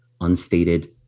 unstated